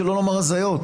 שלא לומר הזיות.